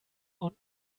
und